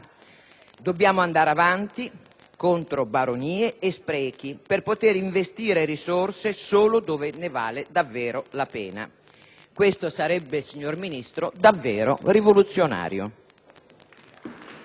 dobbiamo andare avanti contro baronie e sprechi per poter investire risorse solo dove ne vale davvero la pena. Questo sarebbe, signor Ministro, davvero rivoluzionario.